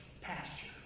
pasture